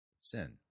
sin